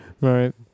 Right